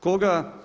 Koga?